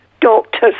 doctors